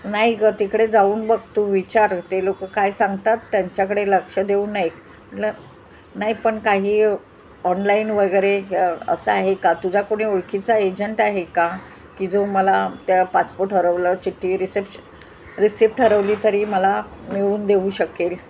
नाई का तिकडे जाऊन बघतू विचार ते लोकं काय सांगतात त्यांच्याकडे लक्ष देऊ नयक नाई पण काही ऑनलाईन वगरे असं आहे का तुझा कोणी ओळखीचा एजंट आहे का की जो मला त्या पासपोर्ट ठरवलं चिट्टी रिसेप्श रिसीप ठरवली तरी मला मिळून देऊ शकेल